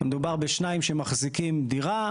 מדובר בשניים שמחזיקים דירה.